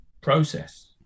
process